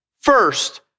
first